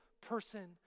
person